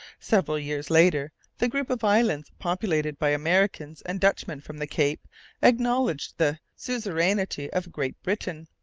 several years later the group of islands populated by americans and dutchmen from the cape acknowledged the suzerainty of great britain,